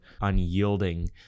unyielding